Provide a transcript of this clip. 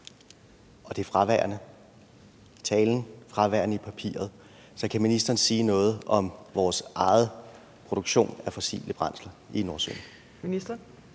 men det er fraværende i talen, fraværende i papiret. Så kan ministeren sige noget om vores egen produktion af fossile brændsler i Nordsøen?